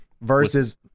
versus